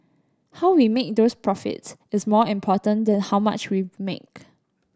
how we make those profits is more important than how much we've make